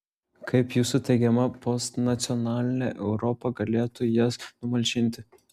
kaip jūsų teigiama postnacionalinė europa galėtų jas numalšinti